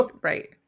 right